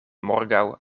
morgaŭ